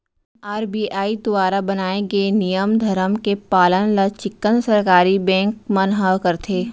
RBI दुवारा बनाए गे नियम धरम के पालन ल चिक्कन सरकारी बेंक मन ह करथे